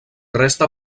resta